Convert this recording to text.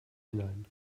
hinein